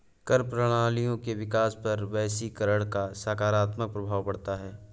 कर प्रणालियों के विकास पर वैश्वीकरण का सकारात्मक प्रभाव पढ़ता है